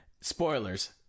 Spoilers